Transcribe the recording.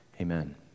Amen